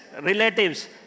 relatives